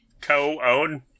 co-own